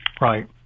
Right